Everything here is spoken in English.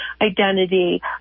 identity